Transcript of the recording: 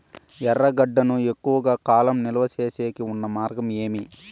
ఎర్రగడ్డ ను ఎక్కువగా కాలం నిలువ సేసేకి ఉన్న మార్గం ఏమి?